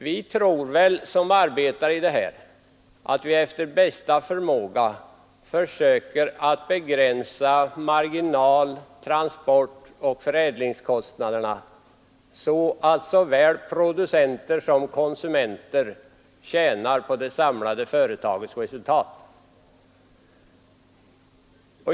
Vi som arbetar i det här tror väl att vi efter bästa förmåga försöker att begränsa marginal-, transportoch förädlingskostnaderna så att såväl producenter som konsumenter tjänar på det samlade företagets resultat.